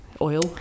oil